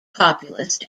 populist